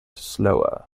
slower